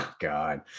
God